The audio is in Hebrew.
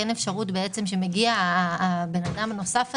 אין אפשרות בעצם שמגיע הבן אדם הנוסף הזה,